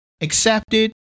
Accepted